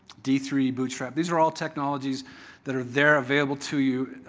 d three, bootstrap. these are all technologies that are there available to you